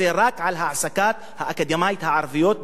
רק על העסקת האקדמאיות הערביות,